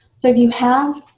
so if you have